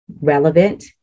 relevant